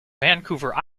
vancouver